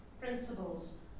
principles